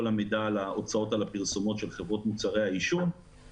המידע על הוצאות על פרסומות של חברות מוצרי העישון.